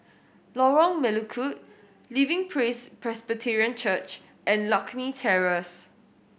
Lorong Melukut Living Praise Presbyterian Church and Lakme Terrace